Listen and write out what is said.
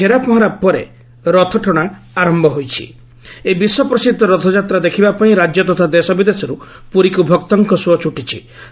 ତେବେ ଛେରାପହରା ପରେ ରଥଟଶା ଆର ଏହି ବିଶ୍ୱପ୍ରସିଦ୍ଧ ରଥଯାତ୍ରା ଦେଖିବା ପାଇଁ ରାଜ୍ୟ ତଥା ଦେଶ ବିଦେଶରୁ ପୁରୀକୁ ଭକ୍ତଙ୍କ ସୁଅ ଛୁଟିଛି